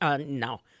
No